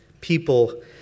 people